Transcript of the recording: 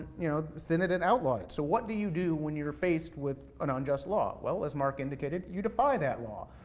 you know senate and outlawed it. so what do you do when you're faced with an unjust law? well, as mark indicated, you defy that law.